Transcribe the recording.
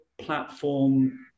platform